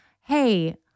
Hey